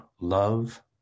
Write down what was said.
love